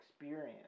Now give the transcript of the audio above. experience